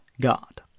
God